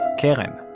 kirin.